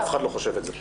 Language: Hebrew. אף אחד לא חושב את זה.